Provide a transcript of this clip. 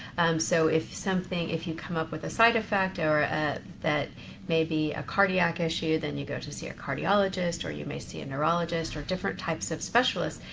so if something, if you come up with a side effect or that may be a cardiac issue, then you go to see a cardiologist, or you may see a neurologist, or different types of specialists,